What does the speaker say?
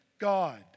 God